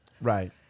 right